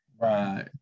Right